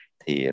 thì